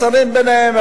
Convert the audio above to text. השרים ביניהם,